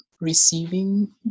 receiving